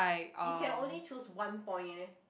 if can only choose one point leh